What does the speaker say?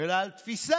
אלא על תפיסה.